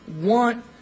want